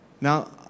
Now